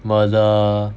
murder